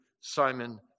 Simon